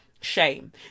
Shame